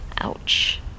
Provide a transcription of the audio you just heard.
ouch